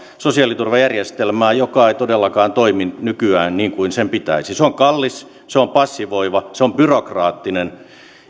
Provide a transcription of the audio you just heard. sosiaaliturvajärjestelmää joka ei todellakaan toimi nykyään niin kuin sen pitäisi se on kallis se on passivoiva se on byrokraattinen